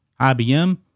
IBM